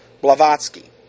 Blavatsky